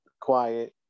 quiet